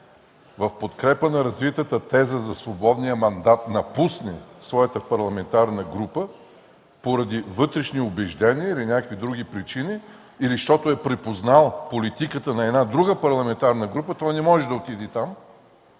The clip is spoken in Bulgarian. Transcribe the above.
в подкрепа на развитата теза за свободния мандат напусне своята парламентарна група поради вътрешни убеждения или някакви други причини, или защото е припознал политиката на друга парламентарна група, той не може да отиде там,